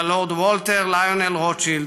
ללורד וולטר ליונל רוטשילד,